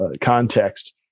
context